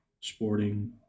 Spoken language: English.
sporting